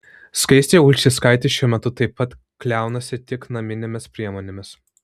skaistė ulčickaitė šiuo metu taip pat kliaunasi tik naminėmis priemonėmis